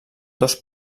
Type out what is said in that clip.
dos